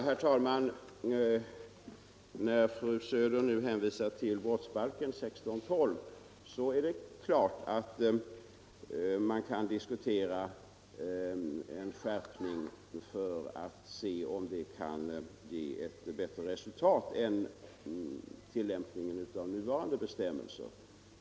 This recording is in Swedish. Herr talman! Fru Söder hänvisade till brottsbalkens 16 kap. 12 §, och det är klart att man kan diskutera en skärpning för att se om det skulle ge bättre resultat än tillämpningen av nu gällande bestämmelser.